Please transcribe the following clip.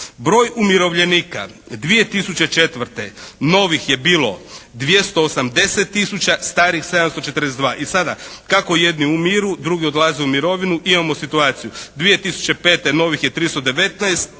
Broj umirovljenika 2004. novih je bilo 280 000, starih 742. I sada, kako jedni umiru, drugi odlaze u mirovinu. Imamo situaciju 2005. novih je 319